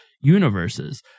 universes